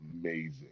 amazing